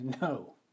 No